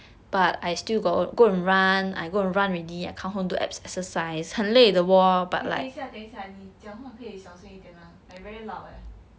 你等一下等一下你讲话可以小声一点 mah like very loud leh